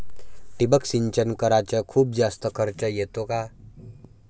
ठिबक सिंचन कराच खूप जास्त खर्च येतो का?